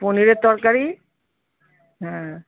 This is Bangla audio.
পনিরের তরকারি হ্যাঁ